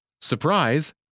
Surprise